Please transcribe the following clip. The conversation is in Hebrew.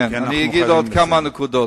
אגיד עוד כמה נקודות.